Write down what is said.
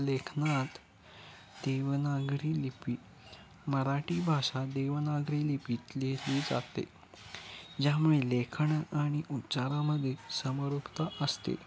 लेखनात देवनागरी लिपी मराठी भाषा देवनागरी लिपीत लिहिली जाते ज्यामुळे लेखन आणि उच्चारामध्ये समरूपता असते